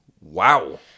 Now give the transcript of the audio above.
Wow